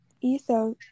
Ethos